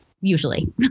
usually